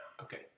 Okay